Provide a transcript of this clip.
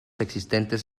existentes